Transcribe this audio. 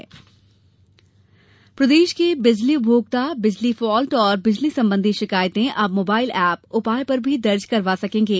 बिजली शिकायत एप प्रदेश के बिजली उपभोक्ता बिजली फाल्ट और बिल सम्बंधी शिकायतें अब मोबाइल एप उपाय पर भी दर्ज करवा सकेंगे